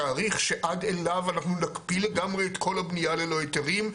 תאריך שעד אליו אנחנו נקפיא לגמרי את הבנייה ללא היתרים,